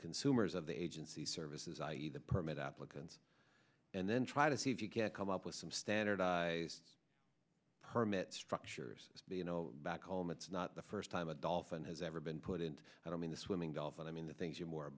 consumers of the agency services i e the permit applicants and then try to see if you get come up with some standardized permit structures you know back home it's not the first time a dolphin has ever been put in i don't mean the swimming dolphin i mean the things you're more a